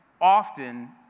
often